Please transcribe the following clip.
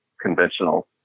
conventional